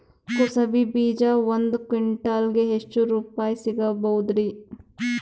ಕುಸಬಿ ಬೀಜ ಒಂದ್ ಕ್ವಿಂಟಾಲ್ ಗೆ ಎಷ್ಟುರುಪಾಯಿ ಸಿಗಬಹುದುರೀ?